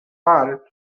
part